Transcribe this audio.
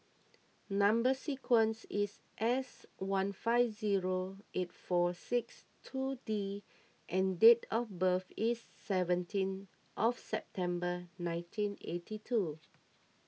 Number Sequence is S one five zero eight four six two D and date of birth is seventeen of September nineteen eighty two